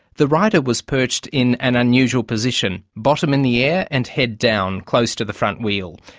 the rider was perched in an unusual position, bottom in the air and head down, close to the front wheel.